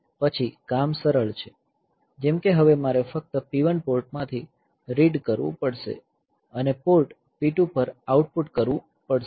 પછી કામ સરળ છે જેમ કે હવે મારે ફક્ત P1 પોર્ટમાંથી રીડ કરવું પડશે અને પોર્ટ P2 પર આઉટપુટ કરવું પડશે